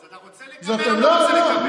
אתה רוצה לקבל או לא רוצה לקבל?